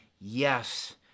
yes